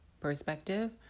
perspective